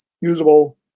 usable